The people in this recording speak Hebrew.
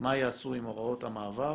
מה יעשו עם הוראות המעבר,